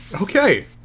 Okay